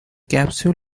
capsule